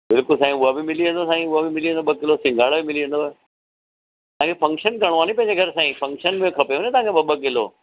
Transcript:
बिल्कुल साईं उहा बि मिली वेंदव साईं उहा बि मिली वेंदव ॿ किलो सिंगाड़ा बि मिली वेंदव तव्हांखे फ़क्शन करिणो आहे न पंहिंजे घर साईं फ़क्शन में खपेव न तव्हांखे ॿ ॿ किलो